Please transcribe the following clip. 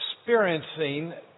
experiencing